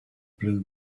blue